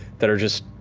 that are just,